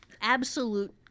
absolute